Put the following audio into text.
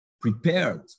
prepared